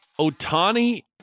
Otani